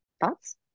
Thoughts